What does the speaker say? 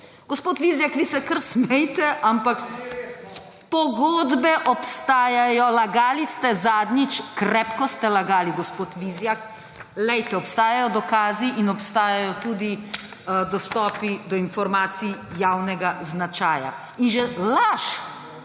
Gospod Vizjak, vi se kar smejte, ampak pogodbe obstajajo./ oglašanje iz dvorane/ Lagali ste zadnjič, krepko ste lagali, gospod Vizjak. Glejte, obstajajo dokazi in obstajajo tudi dostopi do informacij javnega značaja. Že laž,